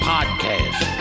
Podcast